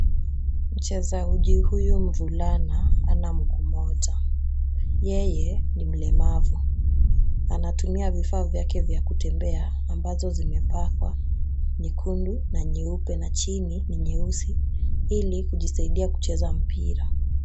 Mchezaji huyu mvulana hana mguu mmoja, yeye ni mlemavu. Anatumia vifaa vyake vya kutembea ambazo zimepambwa nyekundu na nyeupe na chini ni nyeusi ili kujisaidia kucheza mpira.